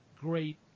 great